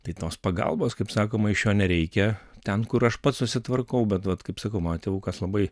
tai tos pagalbos kaip sakoma iš jo nereikia ten kur aš pats susitvarkau bet vat kaip sakau mano tėvukas labai